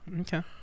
Okay